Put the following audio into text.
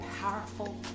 powerful